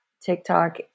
TikTok